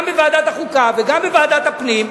גם בוועדת החוקה וגם בוועדת הפנים: